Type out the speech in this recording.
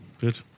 Good